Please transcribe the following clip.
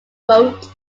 wrote